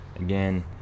Again